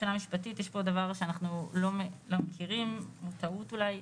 מבחינה משפטית יש פה דבר שאנחנו לא מכירים והוא טעות אולי.